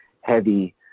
heavy